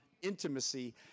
intimacy